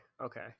Okay